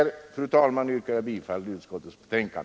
Med detta, fru talman, yrkar jag bifall till utskottets hemställan.